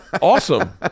awesome